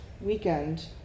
weekend